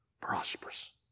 prosperous